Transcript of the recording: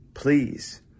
Please